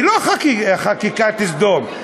היא לא חקיקת סדום,